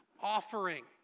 offering